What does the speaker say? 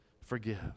forgive